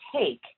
take